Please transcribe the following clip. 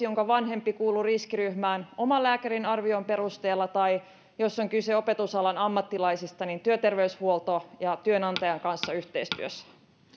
jonka vanhempi kuuluu riskiryhmään oman lääkärin arvion perusteella tai jos on kyse opetusalan ammattilaisista niin työterveyshuollon ja työnantajan kanssa yhteistyössä